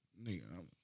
nigga